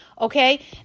okay